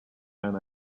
then